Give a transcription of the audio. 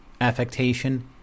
affectation